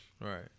Right